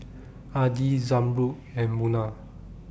Adi Zamrud and Munah